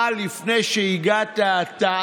28. ההסתייגות (28)